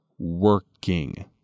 working